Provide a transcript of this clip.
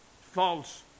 false